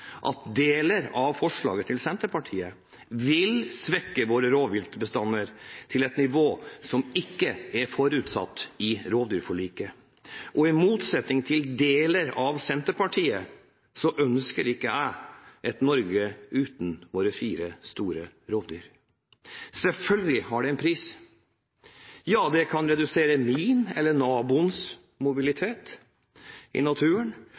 at deler av forslaget til Senterpartiet vil svekke våre rovviltbestander til et nivå man ikke har forutsatt i rovdyrforliket. I motsetning til deler av Senterpartiet ønsker ikke jeg et Norge uten våre fire store rovdyrarter. Selvfølgelig har det en pris. Det kan redusere min eller naboens mobilitet i naturen,